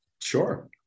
Sure